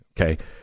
okay